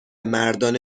مردان